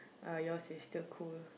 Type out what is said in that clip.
uh yours is still cool